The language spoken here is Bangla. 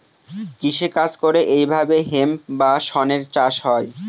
কৃষি কাজ করে এইভাবে হেম্প বা শনের চাষ হয়